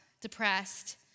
depressed